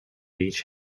each